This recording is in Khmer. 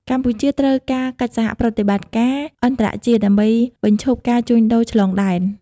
កម្ពុជាត្រូវការកិច្ចសហប្រតិបត្តិការអន្តរជាតិដើម្បីបញ្ឈប់ការជួញដូរឆ្លងដែន។